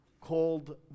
called